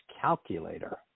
calculator